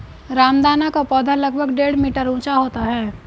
रामदाना का पौधा लगभग डेढ़ मीटर ऊंचा होता है